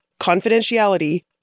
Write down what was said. confidentiality